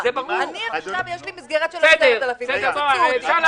יש לי עכשיו מסגרת של 10,000 שקל ויקצצו אותה.